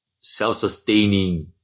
self-sustaining